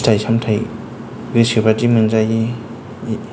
फिथाय सामथाय गोसोबायदि मोनजायो